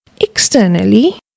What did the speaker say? externally